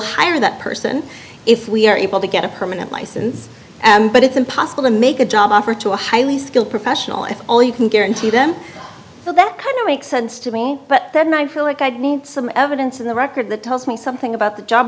hire that person if we are able to get a permanent license but it's impossible to make a job offer to a highly skilled professional if all you can guarantee them that kind of makes sense to me but then i feel like i need some evidence in the record that tells me something about the job